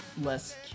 less